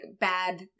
bad